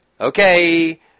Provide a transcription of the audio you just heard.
okay